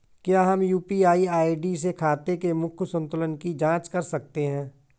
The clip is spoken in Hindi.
क्या हम यू.पी.आई आई.डी से खाते के मूख्य संतुलन की जाँच कर सकते हैं?